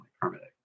permitting